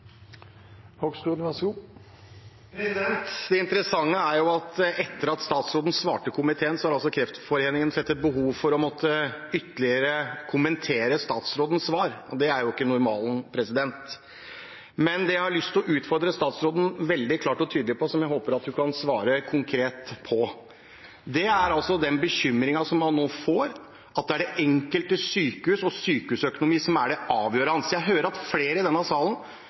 at etter at statsråden svarte komiteen, har Kreftforeningen sett et behov for å måtte ytterligere kommentere statsrådens svar, og det er ikke normalen. Det jeg har lyst til å utfordre statsråden veldig klart og tydelig på, og som jeg håper hun kan svare konkret på, er den bekymringen man nå får om at det er det enkelte sykehus og sykehusøkonomi som er det avgjørende. Jeg hører at flere i denne salen